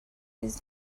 his